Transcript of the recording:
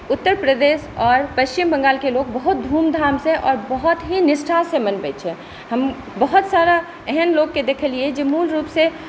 उत्तर प्रदेश आओर पच्छिम बङ्गालके लोक बहुत धूमधामसँ आ आओर बहुत ही निष्ठासँ मनबै छै हम बहुत सारा एहन लोकके देखलिए जे मूलरूपसँ